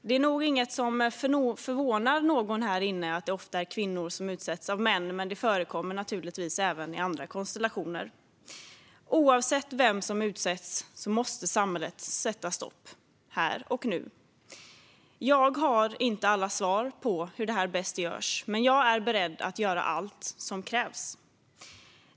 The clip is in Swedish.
Det förvånar nog ingen här inne att det ofta är kvinnor som utsätts av män, men det förekommer naturligtvis våld även i andra konstellationer. Oavsett vem som utsätts måste samhället sätta stopp här och nu. Jag har inte alla svar på hur detta bäst görs, men jag är beredd att göra allt som krävs.